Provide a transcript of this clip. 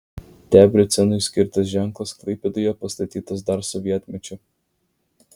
debrecenui skirtas ženklas klaipėdoje pastatytas dar sovietmečiu